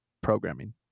programming